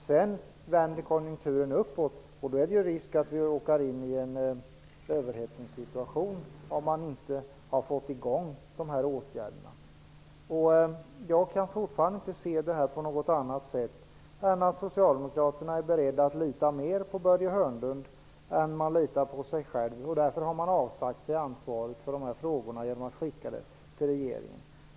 Sedan vänder konjunkturen uppåt. Och då finns det risk för att vi råkar in i en överhettningssituation om dessa åtgärder inte har kommit i gång. Jag kan fortfarande inte se detta på något annat sätt än att Socialdemokraterna är beredda att lita mer på Börje Hörnlund än sig själva. Därför har de avsagt sig ansvaret för dessa frågor genom att skicka dem till regeringen.